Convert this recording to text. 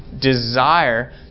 desire